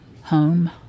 Home